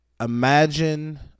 imagine